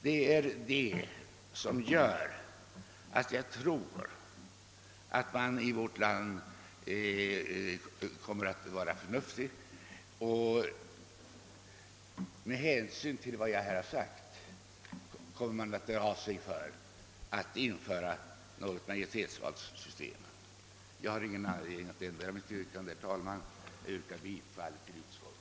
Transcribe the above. Det är det som gör att jag tror att man i vårt land kommer att välja den förnuftiga vägen och bibehålla ett proportionellt valsystem. Herr talman! Jag har ingen anledning att ändra mitt yrkande. Jag ber alltså att få yrka bifall till utskottets hemställan.